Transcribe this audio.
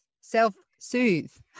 Self-soothe